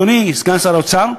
אדוני סגן שר האוצר,